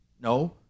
No